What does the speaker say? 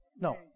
no